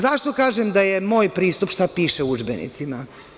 Zašto kažem da je moj pristup – šta piše u udžbenicima?